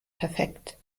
perfekt